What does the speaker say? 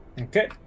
Okay